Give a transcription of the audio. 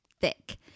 thick